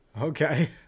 Okay